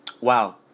wow